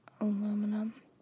Aluminum